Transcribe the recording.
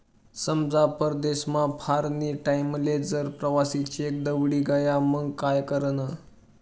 समजा परदेसमा फिरानी टाईमले जर प्रवासी चेक दवडी गया मंग काय करानं?